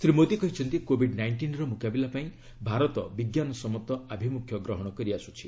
Shri Modi Covid କୋବିଡ୍ ନାଇଷ୍ଟିନ୍ର ମ୍ରକାବିଲା ପାଇଁ ଭାରତ ବିଜ୍ଞାନ ସମ୍ମତ ଆଭିମୁଖ୍ୟ ଗ୍ରହଣ କରିଆସୁଛି